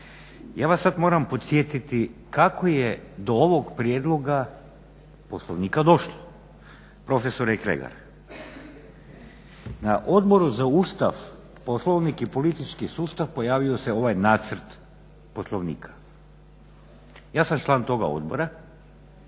ja vas sada moram podsjetiti kako je do ovog prijedloga poslovnika došlo. Profesore Kregar, na Odboru za Ustav, Poslovnik i politički sustav pojavio se ovaj nacrt poslovnika. Ja sam član toga odbora